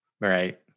right